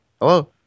Hello